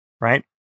right